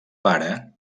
pare